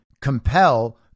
compel